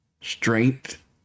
strength